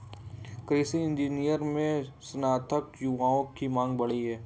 कृषि इंजीनियरिंग में स्नातक युवाओं की मांग बढ़ी है